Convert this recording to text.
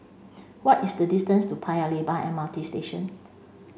what is the distance to Paya Lebar M R T Station